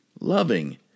loving